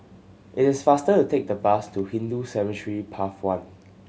it is faster to take the bus to Hindu Cemetery Path One